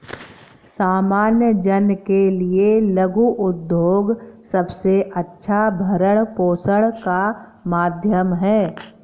सामान्य जन के लिये लघु उद्योग सबसे अच्छा भरण पोषण का माध्यम है